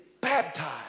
baptized